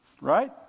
Right